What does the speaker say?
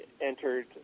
entered